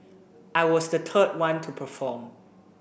I was the third one to perform